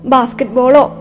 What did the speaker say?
Basketball